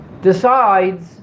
decides